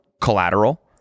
collateral